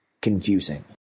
confusing